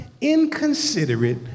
inconsiderate